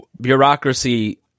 bureaucracy